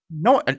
No